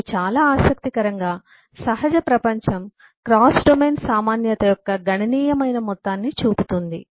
మరియు చాలా ఆసక్తికరంగా సహజ ప్రపంచం క్రాస్ డొమైన్ సామాన్యత యొక్క గణనీయమైన మొత్తాన్ని చూపుతుంది